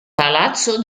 palazzo